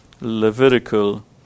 Levitical